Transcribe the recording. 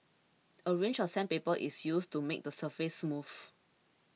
a range of sandpaper is used to make the surface smooth